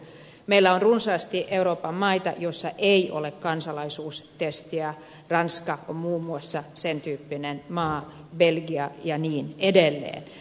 meillä on runsaasti euroopan maita joissa ei ole kansalaisuustestiä ranska on muun muassa sen tyyppinen maa belgia ja niin edelleen